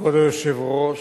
כבוד היושב-ראש,